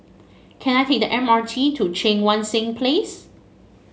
can I take the M R T to Cheang Wan Seng Place